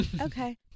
Okay